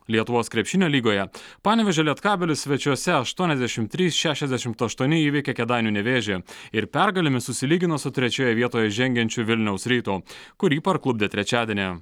lietuvos krepšinio lygoje panevėžio lietkabelis svečiuose aštuoniasdešimt trys šešiasdešimt aštuoni įveikė kėdainių nevėžį ir pergalėmis susilygino su trečioje vietoje žengiančiu vilniaus rytu kurį parklupdė trečiadienį